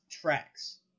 tracks